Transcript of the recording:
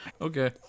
okay